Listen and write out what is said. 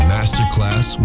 Masterclass